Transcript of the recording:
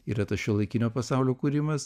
yra tas šiuolaikinio pasaulio kūrimas